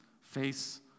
face